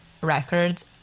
records